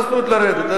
מה זאת אומרת לרדת?